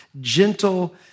gentle